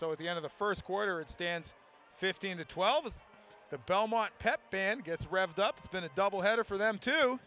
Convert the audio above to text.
so at the end of the first quarter it stands fifteen to twelve as the belmont pep band gets revved up it's been a double header for them to